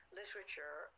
literature